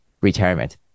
retirement